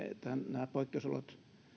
nämä poikkeusolot